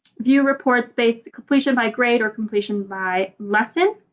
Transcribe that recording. view reports based completion by grade or completion by lesson.